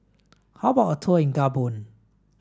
how about a tour in Gabon